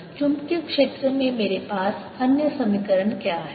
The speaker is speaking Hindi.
HB0 M or B0HM Hjfree चुंबकीय क्षेत्र में मेरे पास अन्य समीकरण क्या है